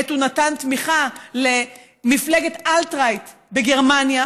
עת הוא נתן תמיכה למפלגת אלט-רייט בגרמניה.